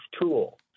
tool